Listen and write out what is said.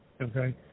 okay